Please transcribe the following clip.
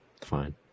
Fine